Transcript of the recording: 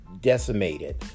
decimated